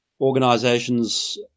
organizations